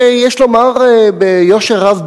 יש לומר ביושר רב,